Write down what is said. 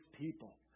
people